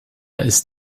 ist